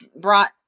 brought